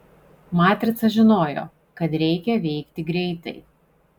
matrica žinojo kad reikia veikti greitai